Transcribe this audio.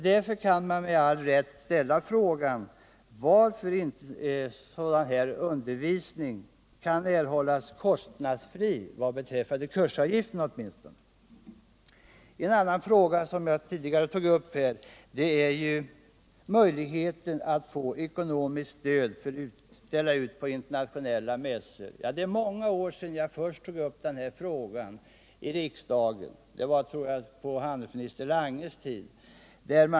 Därför kan man med all rätt ställa frågan: Varför är inte denna undervisning kostnadsfri åtminstone vad beträffar kursavgifterna? En annan fråga, som jag tidigare har tagit upp, gäller möjligheten för ett företag att få ekonomiskt stöd för att ställa ut på internationella mässor. Det är många år sedan jag först tog upp denna fråga i riksdagen. Det var på handelsminister Langes tid.